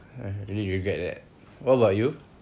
I really regret that what about you